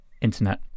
internet